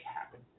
happen